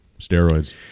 steroids